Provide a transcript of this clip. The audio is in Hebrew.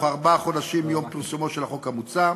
ארבעה חודשים מיום פרסומו של החוק המוצע,